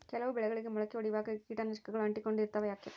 ಕೆಲವು ಬೆಳೆಗಳಿಗೆ ಮೊಳಕೆ ಒಡಿಯುವಾಗ ಕೇಟನಾಶಕಗಳು ಅಂಟಿಕೊಂಡು ಇರ್ತವ ಯಾಕೆ?